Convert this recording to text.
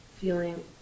feeling